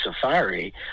safari